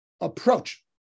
approach